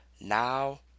now